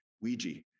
ouija